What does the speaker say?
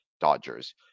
Dodgers